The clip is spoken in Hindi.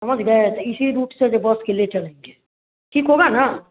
समझ गए तो इसी रूट से वह बस के ले चलेंगे ठीक होगा ना